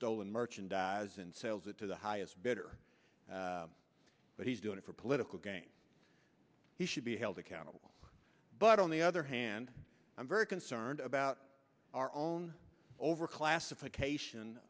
stolen merchandise and sells it to the highest bidder but he's doing it for political gain he should be held accountable but on the other hand i'm very concerned about our own overclassification